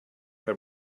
her